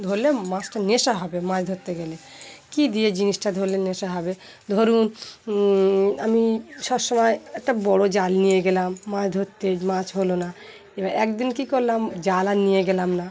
ধরলে মাছটা নেশা হবে মাছ ধরতে গেলে কী দিয়ে জিনিসটা ধরলে নেশা হবে ধরুন আমি সব সমময় একটা বড়ো জাল নিয়ে গেলাম মাছ ধরতে মাছ হলো না এবার একদিন কী করলাম জাল আর নিয়ে গেলাম না